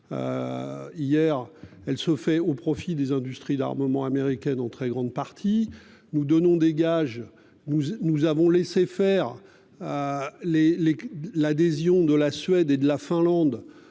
Hier, elle se fait au profit des industries d'armement américaines en très grande partie nous donnons dégage. Vous nous avons laissé faire. Ah les les l'adhésion de la Suède et de la Finlande